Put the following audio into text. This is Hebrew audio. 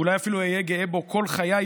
אולי אפילו אהיה גאה בו כל חיי,